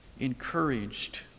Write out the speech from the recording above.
encouraged